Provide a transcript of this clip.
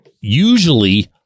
usually